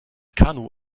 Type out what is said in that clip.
kanu